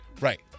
right